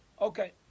Okay